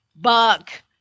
buck